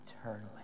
eternally